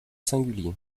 singulier